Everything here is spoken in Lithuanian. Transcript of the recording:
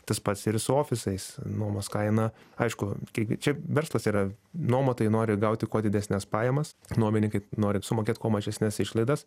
tas pats ir su ofisais nuomos kaina aišku kiek čia verslas yra nuomotojai nori gauti kuo didesnes pajamas nuomininkai nori sumokėt kuo mažesnes išlaidas